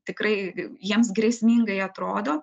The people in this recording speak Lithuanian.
tikrai jiems grėsmingai atrodo